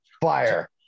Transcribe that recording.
fire